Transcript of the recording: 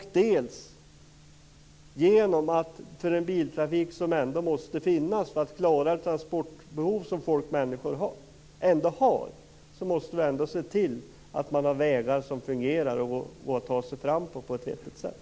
Men för den biltrafik som ändå måste finnas för att klara det transportbehov som människor ändå har måste vi se till att det finns vägar som fungerar att ta sig fram på på ett vettigt sätt.